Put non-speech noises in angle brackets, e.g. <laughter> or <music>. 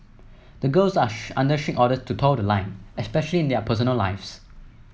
the girls are <unintelligible> under strict orders to toe the line especially in their personal lives